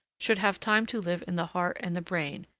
should have time to live in the heart and the brain,